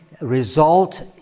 result